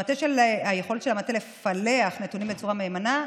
היכולת של המטה לפלח נתונים בצורה מהימנה,